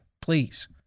Please